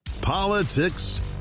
Politics